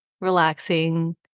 relaxing